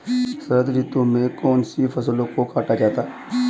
शरद ऋतु में कौन सी फसलों को काटा जाता है?